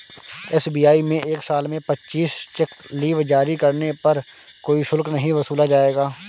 SBI में एक साल में पच्चीस चेक लीव जारी करने पर कोई शुल्क नहीं वसूला जाएगा